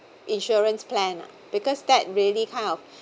insurance plan ah because that really kind of